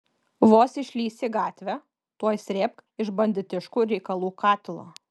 vos išlįsi į gatvę tuoj srėbk iš banditiškų reikalų katilo